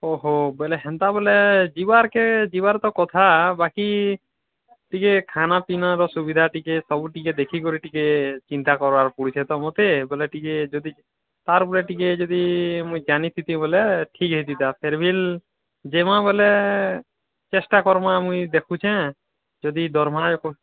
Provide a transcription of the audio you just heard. ଓହୋ ବୋଲେ ହେନ୍ତା ବୋଲେ ଯିବାର୍ କେଁ ଯିବାର୍ ତ କଥା ବାକି ଟିକେ ଖାନା ପିନାର୍ ସୁବିଧା ଟିକେ ସବୁ ଟିକେ ଦେଖିକରି ଟିକେ ଚିନ୍ତା କରିବାକୁ ପଡ଼ୁଛେ ତ ମତେ ବୋଲେ ଟିକେ ଯଦି ଟିକେ ଯଦି ମୁଇଁ ଜାଣିଥିବି ବୋଲେ ଠିକ୍ ଫେରୱେଲ୍ ଜେମା ବୋଲେ ଚେଷ୍ଟା କର୍ମା ମୁଇଁ ଦେଖୁଛେଁ ଯଦି ଦରମା ଏକ